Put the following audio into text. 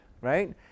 right